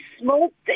smoked